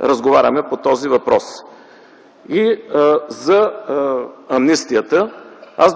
разговаряме по този въпрос. И за амнистията.